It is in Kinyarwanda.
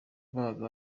babaga